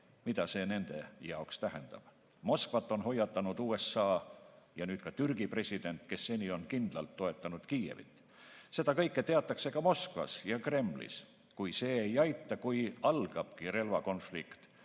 mida see nende jaoks tähendab. Moskvat on hoiatanud USA ja nüüd ka Türgi president, kes seni on kindlalt toetanud Kiievit. Seda kõike teatakse ka Moskvas ja Kremlis. Kui see ei aita ja kui algabki relvakonflikt,